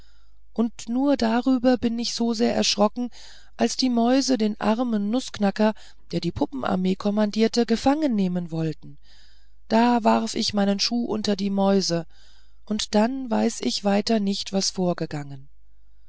und nur darüber bin ich so sehr erschrocken als die mäuse den armen nußknacker der die puppenarmee kommandierte gefangennehmen wollten da warf ich meinen schuh unter die mäuse und dann weiß ich weiter nicht was vorgegangen